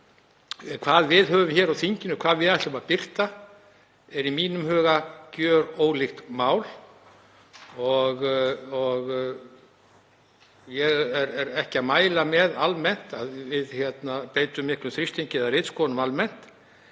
Hvað við höfum hér í þinginu, hvað við ætlum að birta, er í mínum huga gjörólíkt mál. Ég er ekki að mæla með því almennt að við beitum miklum þrýstingi eða ritskoðunum en